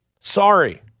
sorry